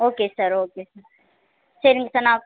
okay sir okay sir சரிங்க sir நான்